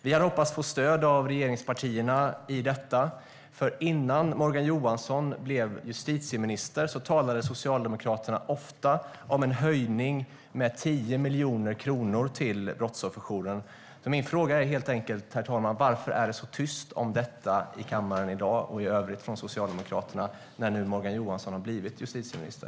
Vi hade hoppats få stöd av regeringspartierna i detta eftersom Socialdemokraterna innan Morgan Johansson blev justitieminister ofta talade om en höjning med 10 miljoner kronor till Brottsoffermyndigheten. Min fråga är helt enkelt: Varför är det så tyst om detta i kammaren i dag och i övrigt från Socialdemokraterna när Morgan Johansson nu har blivit justitieminister?